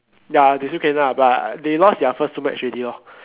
ya they still can lah but they lost their first two match already [what]